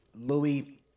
Louis